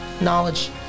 knowledge